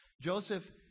Joseph